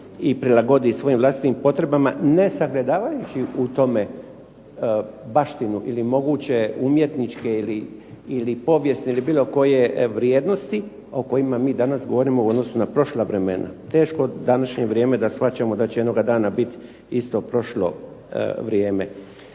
i prilagodi svojim vlastitim potrebama, ne sagledavajući u tome baštinu ili moguće umjetničke ili povijesne ili bilo koje vrijednosti o kojima mi danas govorimo u odnosu na prošla vremena. Teško današnje vrijeme da shvaćamo da će jednoga dana biti isto prošlo vrijeme.